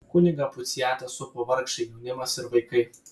kunigą puciatą supo vargšai jaunimas ir vaikai